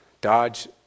Dodge